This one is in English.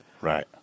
Right